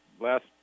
last